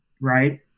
right